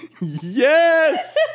Yes